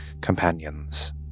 companions